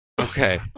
okay